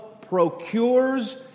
procures